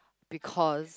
because